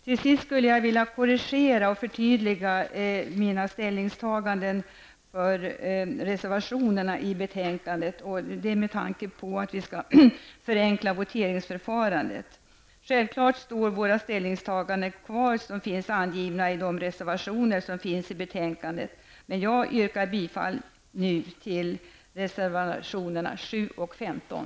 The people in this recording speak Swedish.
Till sist en korrigering och ett förtydligande beträffande mina ställningstaganden avseende de reservationer som är fogade till betänkandet -- detta med tanke på att voteringsförfarandet skall förenklas. Självfallet gäller våra ställningstaganden som återfinns i reservationerna i betänkandet. Men jag nöjer mig nu med att yrka bifall till reservationerna 7 och 15.